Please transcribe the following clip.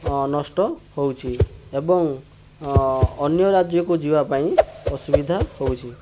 ଅଁ ନଷ୍ଟ ହେଉଛି ଏବଂ ଅନ୍ୟ ରାଜ୍ୟକୁ ଯିବାପାଇଁ ଅସୁବିଧା ହେଉଛି